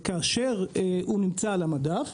כאשר הוא נמצא על המדף